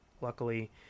luckily